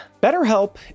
BetterHelp